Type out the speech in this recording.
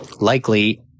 Likely